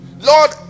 lord